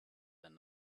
than